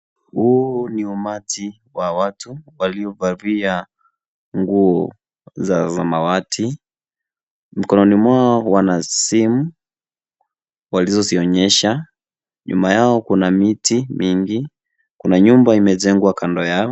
Huu ni umati wa watu uliovalia nguo za samawati. Mkononi mwao wana simu walizozionyesha. Nyuma yao kuna miti mingi, kuna nyumba iliyojengwa kando yao.